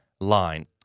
line